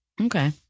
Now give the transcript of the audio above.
Okay